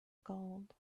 gold